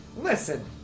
Listen